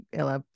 ela